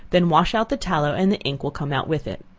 then wash out the tallow and the ink will come out with it.